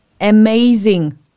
amazing